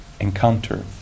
encounter